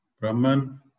Brahman